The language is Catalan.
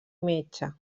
metge